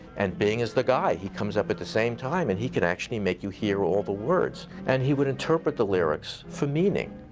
and bing is the guy. he comes up at the same time, and he can actually make you hear all the words. and he would interpret the lyrics for meaning.